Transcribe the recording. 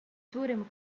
suurim